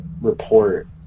report